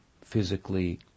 physically